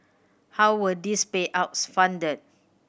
how were these payouts funded